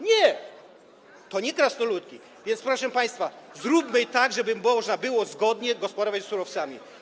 Nie, to nie krasnoludki, więc proszę państwa, zróbmy tak, żeby można było zgodnie gospodarować surowcami.